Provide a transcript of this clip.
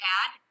add